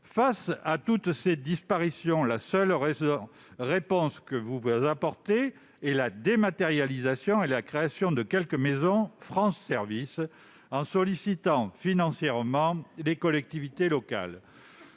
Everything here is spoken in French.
Face à toutes ces disparitions, la seule réponse que vous apportez est la dématérialisation et la création de quelques maisons France Services, en sollicitant financièrement les collectivités locales.